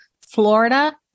Florida